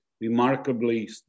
remarkably